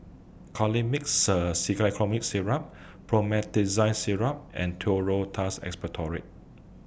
Colimix Syrup Promethazine Syrup and Duro Tuss Expectorant